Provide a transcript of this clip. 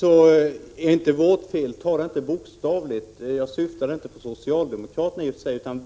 vill jag säga: Ta det inte bokstavligt! När jag sade att det inte var vårt fel syftade jag inte på socialdemokraterna utan på alla partier.